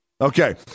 okay